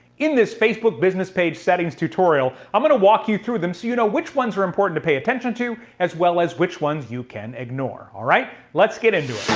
in this facebook business page settings tutorial, i'm gonna walk you through them, so you know which ones are important to pay attention to, as well as which ones you can ignore, all right? let's get into it.